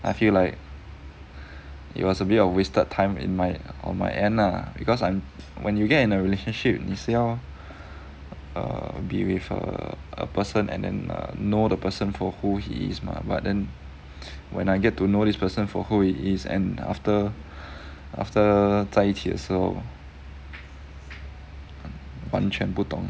I feel like it was a bit of wasted time in my on my end lah because I'm when you get in a relationship 你是要 err be with err a person and and err know the person for who he is mah but then when I get to know this person for how he is and after after 在一起的时候完全不同